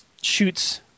shoots